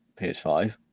PS5